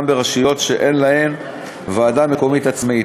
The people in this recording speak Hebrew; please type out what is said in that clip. ברשויות שאין להן ועדה מקומית עצמאית.